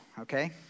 okay